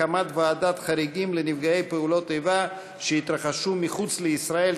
הקמת ועדת חריגים לנפגעי פעולות איבה שהתרחשו מחוץ לישראל),